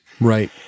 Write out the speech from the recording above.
Right